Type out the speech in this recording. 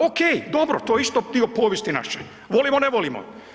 Ok, dobro, to je isto dio povijesti naše, volimo, ne volimo.